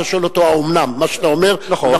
אתה שואל אותו: האומנם מה שאתה אומר נכון?